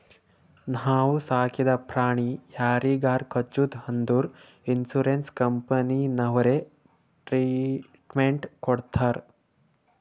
ನಾವು ಸಾಕಿದ ಪ್ರಾಣಿ ಯಾರಿಗಾರೆ ಕಚ್ಚುತ್ ಅಂದುರ್ ಇನ್ಸೂರೆನ್ಸ್ ಕಂಪನಿನವ್ರೆ ಟ್ರೀಟ್ಮೆಂಟ್ ಕೊಡ್ತಾರ್